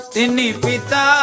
Tinipita